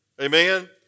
Amen